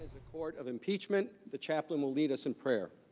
court of impeachment the chaplain will lead us in prayer.